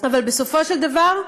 אבל בסופו של דבר,